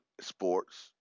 sports